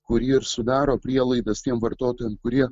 kuri ir sudaro prielaidas tiem vartotojam kurie